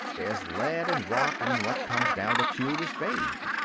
there's lead and rock, and what comes down the tube is bathed.